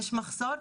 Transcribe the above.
יש מחסור.